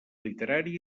literari